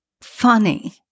funny